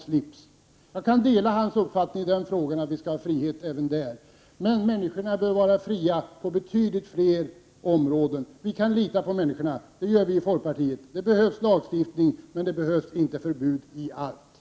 Jag kan i och för sig dela hans uppfattning i den frågan; vi skall ha frihet även på det området, men människorna behöver vara fria på betydligt fler områden. Vi kan lita på människorna. Det gör också vi i folkpartiet. Det behövs lagstiftning, men inte förbud på alla områden.